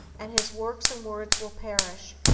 and his works and words will perish,